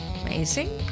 amazing